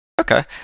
Okay